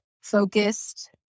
focused